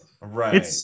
Right